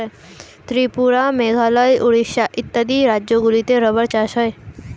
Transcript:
ত্রিপুরা, মেঘালয়, উড়িষ্যা ইত্যাদি রাজ্যগুলিতে রাবার চাষ হয়